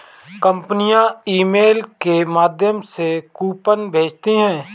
कंपनियां ईमेल के माध्यम से कूपन भेजती है